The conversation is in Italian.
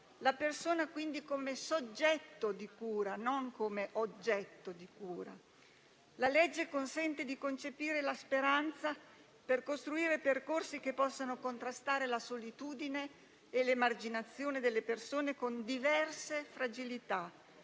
la persona quindi come soggetto di cura e non come oggetto di cura. La legge consente di concepire la speranza per costruire percorsi che possano contrastare la solitudine e l'emarginazione delle persone con diverse fragilità,